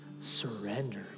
Surrender